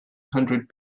hundred